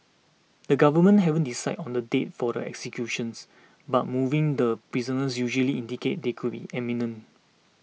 the government haven't decided on the date for the executions but moving the prisoners usually indicates they could be imminent